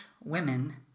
women